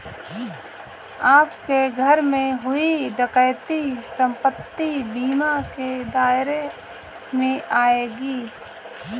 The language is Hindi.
आपके घर में हुई डकैती संपत्ति बीमा के दायरे में आएगी